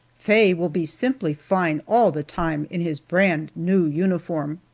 faye will be simply fine all the time, in his brand new uniform!